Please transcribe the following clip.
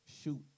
Shoot